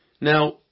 Now